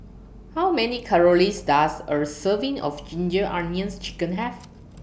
How Many Calories Does A Serving of Ginger Onions Chicken Have